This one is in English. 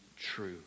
true